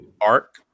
arc